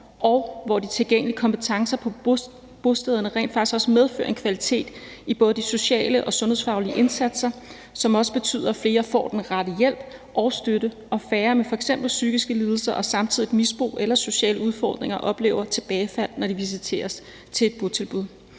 og hvor de tilgængelige kompetencer på bostederne rent faktisk også medfører en kvalitet i både de sociale og sundhedsfaglige indsatser, som også betyder, at flere får den rette hjælp og støtte, og at færre med f.eks. psykiske lidelser og samtidig et misbrug eller sociale udfordringer oplever tilbagefald, når de visiteres til et botilbud.